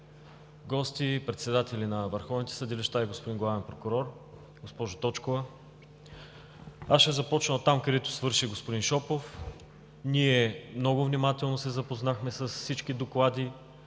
гости, председатели на върховните съдилища и господин Главен прокурор, госпожо Точкова! Аз ще започна оттам, където свърши господин Шопов. Ние много внимателно се запознахме с всички доклади,